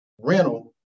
rental